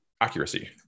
Accuracy